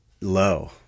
low